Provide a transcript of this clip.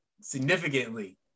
significantly